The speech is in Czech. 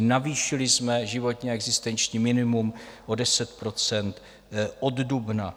Navýšili jsme životní a existenční minimum o 10 % od dubna.